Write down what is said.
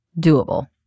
doable